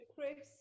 Chris